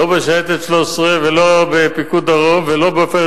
לא בשייטת 13 ולא בפיקוד דרום ולא ב"עופרת